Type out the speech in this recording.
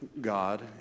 God